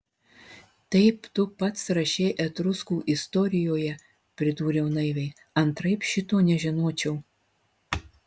taip tu pats rašei etruskų istorijoje pridūriau naiviai antraip šito nežinočiau